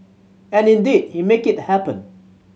and indeed he make it happen